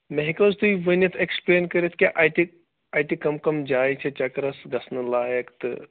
مےٚ ہیٚکِوٕ حظ تُہۍ ؤنِتھ اٮ۪کٕسپٕلین کٔرِتھ کہِ اَتہِ اَتہِ کَم کَم جایہِ چھِ چَکرَس گژھنہٕ لایق تہٕ